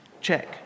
check